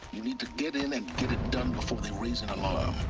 you need to get in and get it done before they raise an alarm